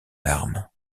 larmes